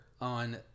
on